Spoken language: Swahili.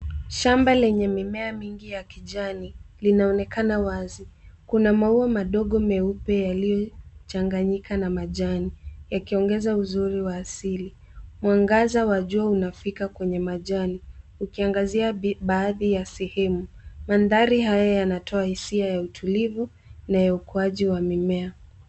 Shamba lenye mimea nyingi ya kijani linaonekana wazi. Kuna maua madogo meupe yaliyochananyika na majani yakiongeza uzuri wa asili. Mwangaza wa jua unafika kwenye majani ukiangazia baadhi ya sehemu. Mandhari haya yanatoa hisia ya utulivu na ya uokoaji wa mimea.